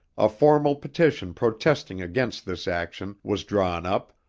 a formal petition protesting against this action, was drawn up,